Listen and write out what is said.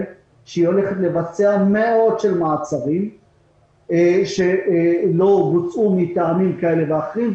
שהיא הולכת לבצע מאות מעצרים שלא בוצעו מטעמים כאלו ואחרים,